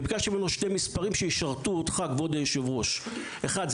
וביקשתי ממנו שני מספרים שישרתו אותך כבוד היושב-ראש: אחד,